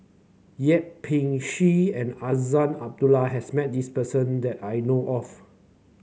Yip Pin Xiu and Azman Abdullah has met this person that I know of